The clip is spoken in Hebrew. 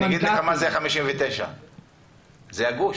אני אגיד לך מה זה 59. זה הגוש.